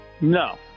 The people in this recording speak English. No